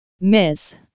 miss